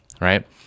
right